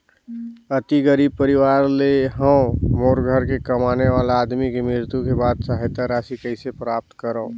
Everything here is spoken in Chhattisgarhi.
अति गरीब परवार ले हवं मोर घर के कमाने वाला आदमी के मृत्यु के बाद सहायता राशि कइसे प्राप्त करव?